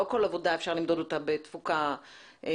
לא כל עבודה אפשר למדוד אותה בתפוקה מיידית,